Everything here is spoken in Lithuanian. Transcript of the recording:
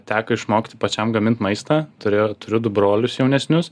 teko išmokti pačiam gamint maistą turiu turiu du brolius jaunesnius